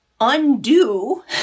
undo